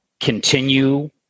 continue